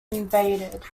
invaded